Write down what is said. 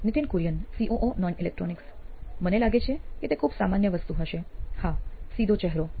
Nithin Kurian COO નોઇન electronics મને લાગે છે કે તે ખૂબ સામાન્ય વસ્તુ હશે હા સીધો ચહેરો